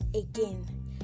again